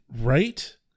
Right